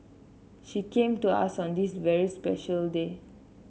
she came to us on this very special day